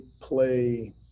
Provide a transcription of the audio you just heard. play